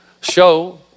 show